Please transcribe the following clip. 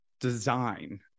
design